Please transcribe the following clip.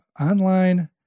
online